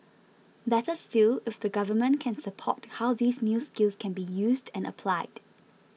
better still if the government can support how these new skills can be used and applied